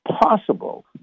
possible